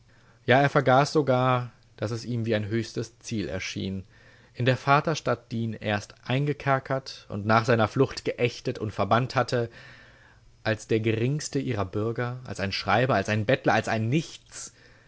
ja er vergaß sogar daß es ihm wie ein höchstes ziel erschien in der vaterstadt die ihn erst eingekerkert und nach seiner flucht geächtet und verbannt hatte als der geringste ihrer bürger als ein schreiber als ein bettler als ein nichts